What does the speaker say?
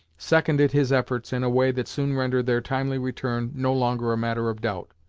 seconded his efforts in a way that soon rendered their timely return no longer a matter of doubt.